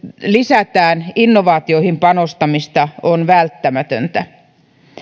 lisätään innovaatioihin panostamista on välttämätöntä